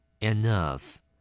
enough